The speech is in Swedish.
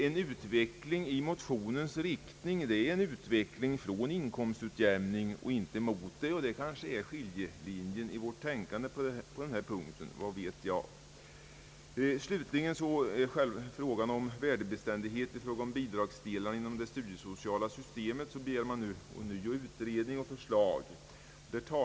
En utveckling i den i motionen antydda riktningen innebär ett steg bort från en inkomstutjämning, inte mot en sådan, och detta är kanske skiljelinjen i vårt tänkande på denna punkt. Beträffande frågan om värdebeständigheten för bidragsdelarna i det studiesociala systemet begär man nu ånyo utredning och förslag.